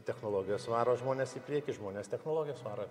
technologijos varo žmones į priekį žmonės technologijas varo